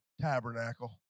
tabernacle